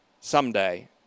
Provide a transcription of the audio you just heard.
someday